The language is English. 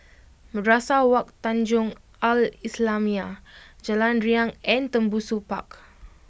Madrasah Wak Tanjong Al islamiah Jalan Riang and Tembusu Park